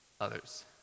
others